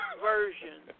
version